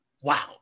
Wow